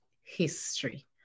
history